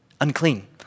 Unclean